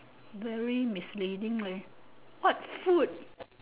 very misleading leh what food